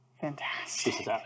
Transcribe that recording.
Fantastic